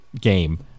game